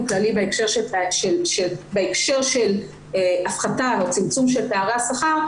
כללי בהקשר של הפחתה או צמצום פערי השכר,